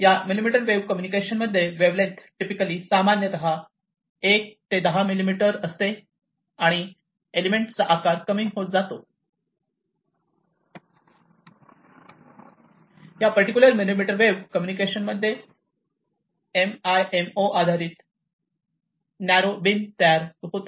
या millimetre wave कम्युनिकेशनमध्ये wavelength typically सामान्यत 1 ते 10 मिलिमीटर असते आणि एलिमेंट चा आकार कमी होतो आणि या पर्टिक्युलर मिलिमीटर वेव्ह कम्युनिकेशनमध्ये एमआयएमओ आधारित नॅरो अरुंद बीम तयार होते